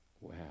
Wow